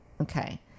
Okay